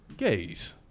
Gays